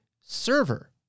server